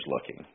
looking